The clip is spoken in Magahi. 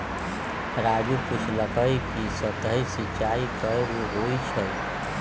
राजू पूछलकई कि सतही सिंचाई कैगो होई छई